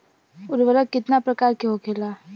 उर्वरक कितना प्रकार के होखेला?